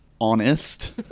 honest